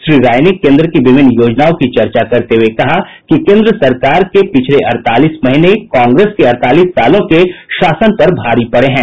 श्री राय ने केंद्र की विभिन्न योजनाओं की चर्चा करते हुए कहा कि केन्द्र सरकार के पिछले अड़तालीस महीने कांग्रेस के अड़तालीस सालों के शासन पर भारी पड़े है